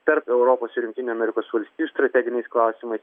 tarp europos ir jungtinių amerikos valstijų strateginiais klausimais